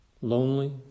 lonely